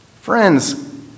Friends